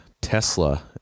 Tesla